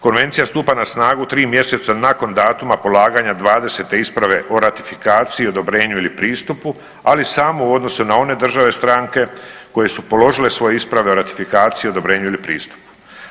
Konvencija stupa na snagu 3 mjeseca nakon datuma polaganja dvadesete isprave o ratifikaciji, odobrenju ili pristupu, ali samo u odnosu na one države, stranke koje su položile svoje isprave o ratifikaciji, odobrenju ili pristupu.